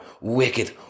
Wicked